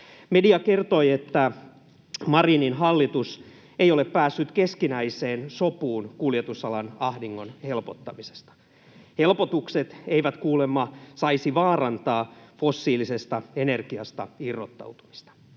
Media kertoi, että Marinin hallitus ei ole päässyt keskinäiseen sopuun kuljetusalan ahdingon helpottamisesta. Helpotukset eivät kuulemma saisi vaarantaa fossiilisesta energiasta irrottautumista.